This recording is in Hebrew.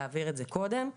להעביר את זה קודם.